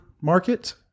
market